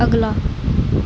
ਅਗਲਾ